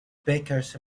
bakers